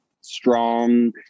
strong